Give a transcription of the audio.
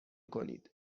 کنید